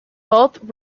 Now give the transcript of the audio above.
both